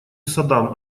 садам